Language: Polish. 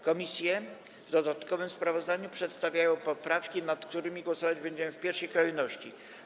Komisje w dodatkowym sprawozdaniu przedstawiają poprawki, nad którymi głosować będziemy w pierwszej kolejności.